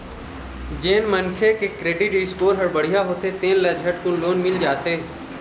जेन मनखे के क्रेडिट स्कोर ह बड़िहा होथे तेन ल झटकुन लोन मिल जाथे